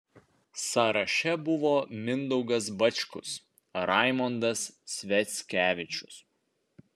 sąraše buvo mindaugas bačkus raimondas sviackevičius